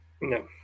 No